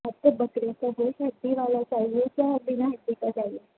اچھا بکرے کا گوشت ہڈی والا چاہیے کیا بنا ہڈی کا چاہیے